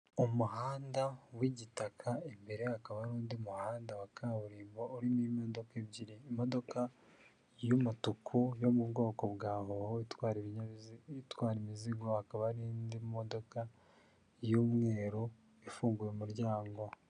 Umuhanda w'igitaka, imbere hakaba arindi muhanda wa kaburimbo, urimo imodoka ebyiri, imodoka y'umutuku yo mu bwoko bwa hoho, itwara ibinyabiziga, itwara imizigo, hakaba hari indi modoka y'umweru, ifunguye umuryango.